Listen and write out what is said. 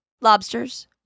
Lobsters